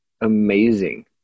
amazing